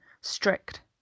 strict